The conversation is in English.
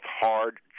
hard